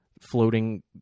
floating